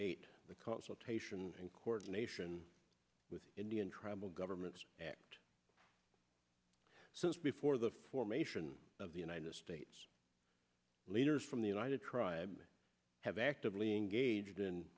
consultation and coordination with indian tribal governments act since before the formation of the united states leaders from the united tribes have actively engaged in